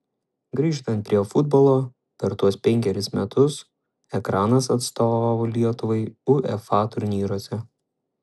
grįžtant prie futbolo per tuos penkerius metus ekranas atstovavo lietuvai uefa turnyruose